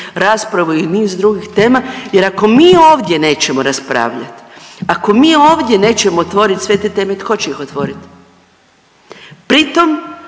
raspravu i niz drugih tema jer ako mi ovdje nećemo raspravljati, ako mi ovdje nećemo otvoriti sve te teme tko će ih otvoriti. Pri tom